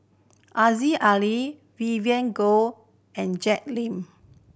Aziza Ali Vivien Goh and Jay Lim